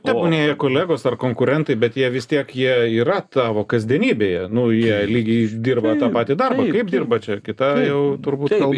tebūnie jie kolegos ar konkurentai bet jie vis tiek jie yra tavo kasdienybėje nu jie lyg ir dirba tą patį darbą kaip dirba čia kita jau turbūt kalba